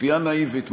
ציפייה נאיבית משהו,